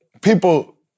people